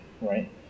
right